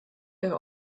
ihre